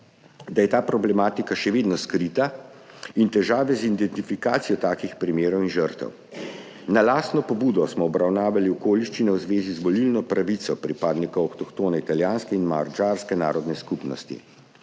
da je ta problematika še vedno skrita in [da obstajajo] težave z identifikacijo takih primerov in žrtev. Na lastno pobudo smo obravnavali okoliščine v zvezi z volilno pravico pripadnikov avtohtone italijanske in madžarske narodne skupnosti.